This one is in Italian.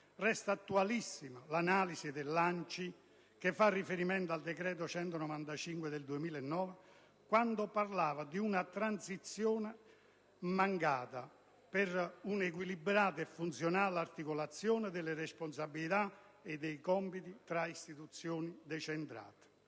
resta attualissima l'analisi dell'ANCI che fa riferimento al decreto n. 195 del 2009 parlando di una transizione mancata per un'equilibrata e funzionale articolazione delle responsabilità e dei compiti tra istituzioni decentrate.